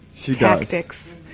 tactics